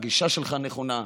הגישה שלך נכונה,